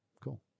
Cool